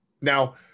now